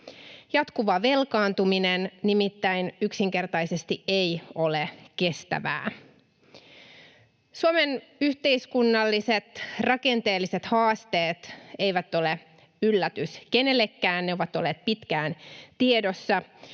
Jatkuva velkaantuminen nimittäin yksinkertaisesti ei ole kestävää. Suomen yhteiskunnalliset rakenteelliset haasteet eivät ole yllätys kenellekään, ne ovat olleet pitkään tiedossa.